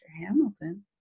Hamilton